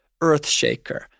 Earthshaker